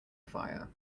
fire